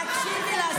תקשיבי להסתה,